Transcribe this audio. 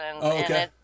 okay